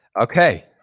Okay